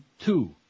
two